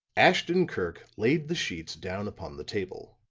ashton-kirk laid the sheets down upon the table.